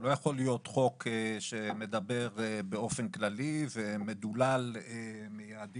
הוא לא יכול להיות חוק שמדבר באופן כללי ומדולל מיעדים,